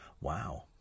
Wow